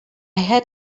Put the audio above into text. had